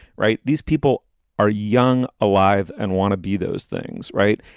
right. these people are young, alive and want to be those things. right.